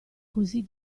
così